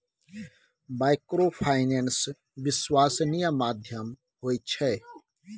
Microfinance विश्वासनीय माध्यम होय छै?